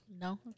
no